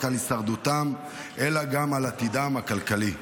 על הישרדותם אלא גם על עתידם הכלכלי.